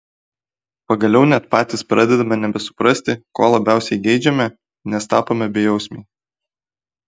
pagaliau net patys pradedame nebesuprasti ko labiausiai geidžiame nes tapome bejausmiai